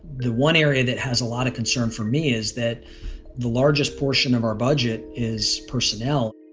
the one area that has a lot of concern for me is that the largest portion of our budget is personnel